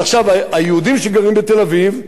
היהודים שגרים בתל-אביב,